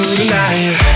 tonight